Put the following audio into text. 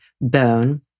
bone